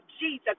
Jesus